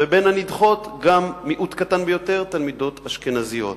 ובין הנדחות גם מיעוט קטן ביותר של תלמידות אשכנזיות.